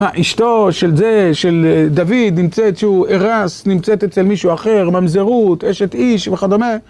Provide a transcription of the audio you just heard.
אשתו של זה, של דוד, נמצאת... שהוא ארס, נמצאת אצל מישהו אחר, ממזרות, אשת איש וכדומה.